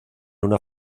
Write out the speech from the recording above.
una